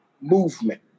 movement